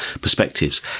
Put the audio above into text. perspectives